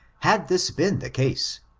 had this been the case,